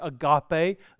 agape